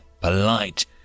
polite